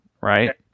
Right